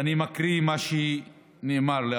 אני משיב בשם שרת הפנים ואני מקריא מה שנאמר לי.